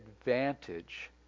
advantage